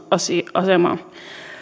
asemaa